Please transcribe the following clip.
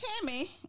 Tammy